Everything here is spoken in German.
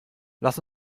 lass